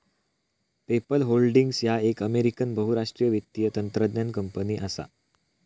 PayPal holdings ह्या एक American बहुराष्ट्रीय वित्तीय तंत्रज्ञान कंपनी असा